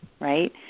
right